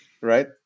right